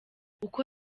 uko